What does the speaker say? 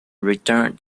returned